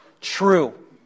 true